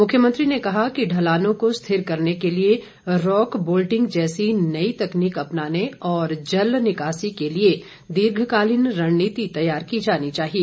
मुख्यमंत्री ने कहा कि ढलानों को स्थिर करने के लिए रॉक बोल्टिंग जैसी नई तकनीक अपनाने और जल निकासी के लिए दीर्घकालीन रणनीति तैयार की जानी चाहिए